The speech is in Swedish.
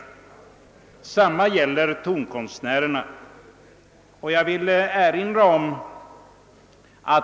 Detsamma gäller tonkonstnärerna.